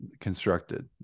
constructed